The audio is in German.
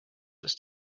ist